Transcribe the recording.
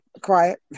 quiet